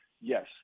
yes